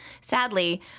sadly